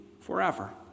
forever